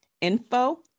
info